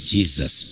Jesus